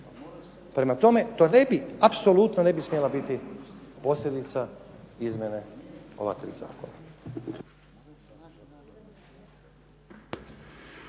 Prema tome, to ne bi, apsolutno ne bi smjela biti posljedica izmjene ovakvih zakona.